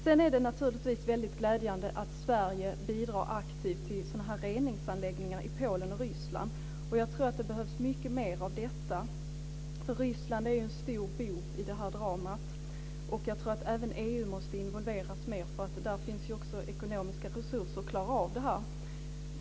Det är naturligtvis väldigt glädjande att Sverige bidrar aktivt till reningsanläggningar i Polen och Ryssland. Jag tror att det behövs mycket mer av detta. Ryssland är ju en stor bov i det här dramat. Även EU måste involveras mera, eftersom det där finns ekonomiska resurser för att klara av det här.